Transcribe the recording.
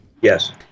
Yes